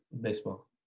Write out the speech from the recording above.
baseball